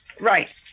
right